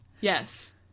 Yes